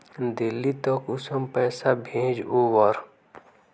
दिल्ली त कुंसम पैसा भेज ओवर?